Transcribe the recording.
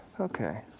okay.